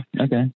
okay